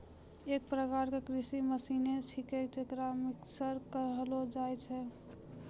एक प्रकार क कृषि मसीने छिकै जेकरा मिक्सर कहलो जाय छै